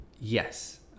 yes